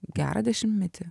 gerą dešimtmetį